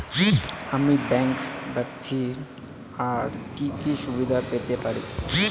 আমি ব্যাংক ব্যথিত আর কি কি সুবিধে পেতে পারি?